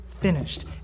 finished